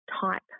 type